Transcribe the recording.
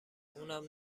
اونم